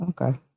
okay